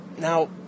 now